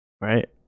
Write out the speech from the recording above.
Right